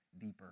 deeper